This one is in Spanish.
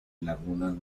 lagunas